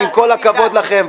עם כל הכבוד לכם,